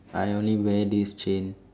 I only wear this chain